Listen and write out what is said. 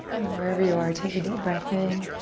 and then wherever you are, take a deep breath in.